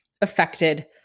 affected